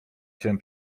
cię